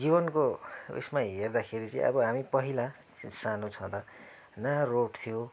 जीवनको उइसमा हेर्दाखेरि चाहिँ अब हामी पहिला सानो छँदा न रोड थियो